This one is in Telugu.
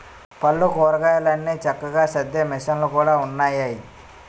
పళ్ళు, కూరగాయలన్ని చక్కగా సద్దే మిసన్లు కూడా ఉన్నాయయ్య